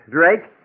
Drake